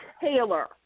Taylor